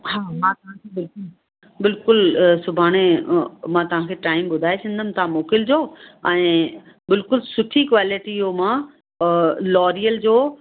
हा मां तव्हांखे बिल्कुलु अ सुभाणे अ मां तव्हांखे टाइम ॿुधाए छॾदमि तव्हां मोकिलिजो ऐं बिल्कुलु सुठी क्वालिटी जो मां अ लोरियल जो